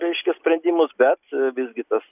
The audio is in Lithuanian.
reiškia sprendimus bet visgi tas